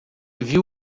viu